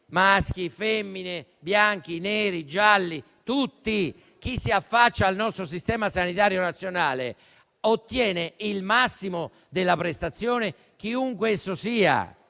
maschi, femmine, bianchi, neri, gialli. Chi si affaccia al nostro Sistema sanitario nazionale ottiene il massimo della prestazione, chiunque egli sia.